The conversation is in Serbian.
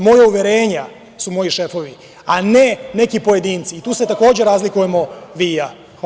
Moja uverenja su moji šefovi, a ne neki pojedinci i tu se takođe razlikujemo vi i ja.